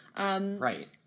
Right